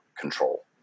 control